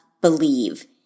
believe